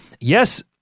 yes